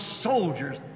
soldiers